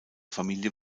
familie